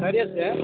خیریت سے ہیں